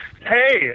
Hey